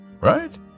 right